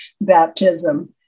baptism